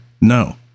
No